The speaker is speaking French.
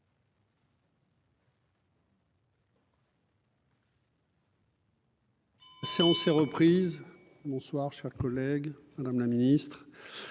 Séance est reprise bonsoir, chers collègue, Madame la Ministre,